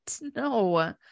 No